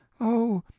oh!